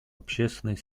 общественной